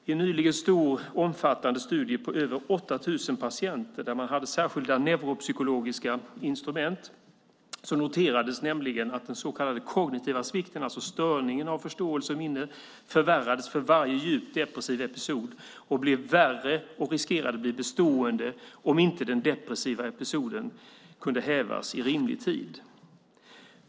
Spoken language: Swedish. I en nyligen stor och omfattande studie av över 8 000 patienter där man hade särskilda neuropsykologiska instrument noterades att den så kallade kognitiva svikten, alltså störningen av förståelse och minne, förvärrades för varje djup depressiv episod och riskerade att bli bestående om inte den depressiva episoden kunde hävas i rimlig tid.